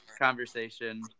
conversation